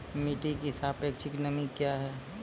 मिटी की सापेक्षिक नमी कया हैं?